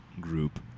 group